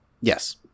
Yes